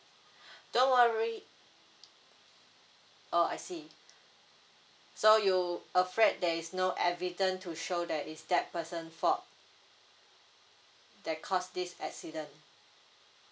don't worry oh I see so you afraid there is no evidence to show that is that person fault that caused this accident